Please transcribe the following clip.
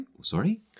Sorry